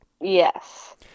Yes